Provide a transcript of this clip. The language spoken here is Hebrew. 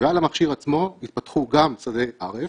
לפחות בשיעור,